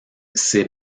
ces